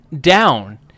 down